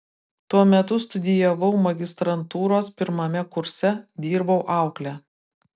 tuo metu studijavau magistrantūros pirmame kurse dirbau aukle